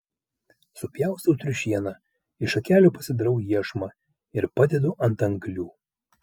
supjaustau triušieną iš šakelių pasidarau iešmą ir padedu ant anglių